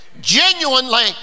genuinely